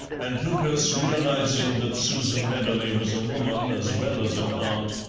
and lucas, realizing that susan mebberley was a woman as well as an aunt,